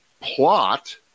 plot